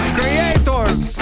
creators